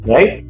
Right